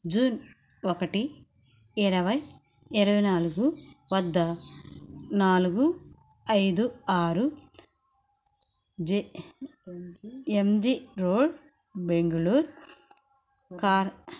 June ఒకటి ఇరవై ఇరవై నాలుగు వద్ద నాలుగు ఐదు ఆరు ఎం జీ రోడ్ బెంగుళూర్